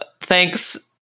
Thanks